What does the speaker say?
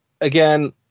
again